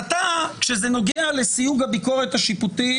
כשזה נוגע לסיוג הביקורת השיפוטית,